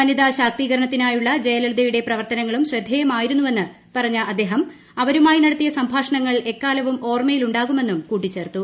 വനിതാശാക്തീകരണത്തിനായുള്ള ജയലളിതയുടെ പ്രവർത്തനങ്ങളും ശ്രദ്ധേയമായിരുന്നുവെന്ന് പറഞ്ഞ അദ്ദേഹം അവരുമായി നടത്തിയ സംഭാഷണങ്ങൾ എക്കാലവും ഓർമ്മയിലുണ്ടാകുമെന്നും കൂട്ടിച്ചേർത്തു